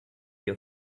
your